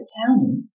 County